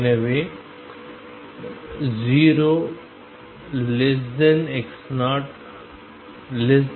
எனவே 0x0L எண் 1